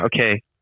okay